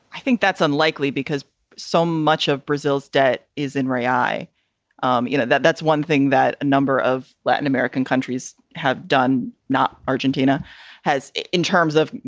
i think that's unlikely because so much of brazil's debt is in re. i um you know that that's one thing that a number of latin american countries have done, not argentina has in terms of,